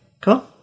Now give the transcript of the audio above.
Cool